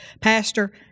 pastor